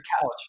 couch